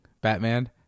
batman